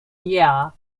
year